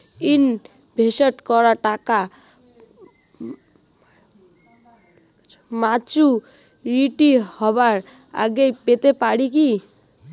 Invest করা টাকা maturity হবার আগেই পেতে পারি কি?